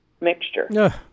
mixture